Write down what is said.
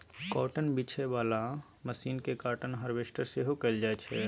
cotton बीछय बला machine केँ काँटन हार्वेस्टर सेहो कहल जाइ छै